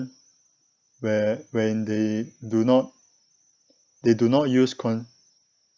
where when they do not they do not use con~